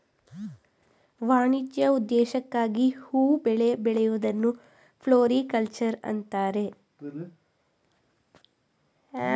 ವಾಣಿಜ್ಯ ಉದ್ದೇಶಕ್ಕಾಗಿ ಹೂ ಬೆಳೆ ಬೆಳೆಯೂದನ್ನು ಫ್ಲೋರಿಕಲ್ಚರ್ ಅಂತರೆ